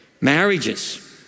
marriages